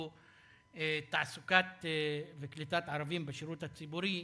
היא תעסוקה וקליטה של ערבים בשירות הציבורי.